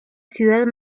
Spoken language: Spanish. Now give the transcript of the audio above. ciudad